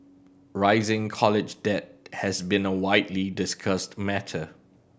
rising college debt has been a widely discussed matter